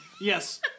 Yes